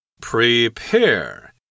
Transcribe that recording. Prepare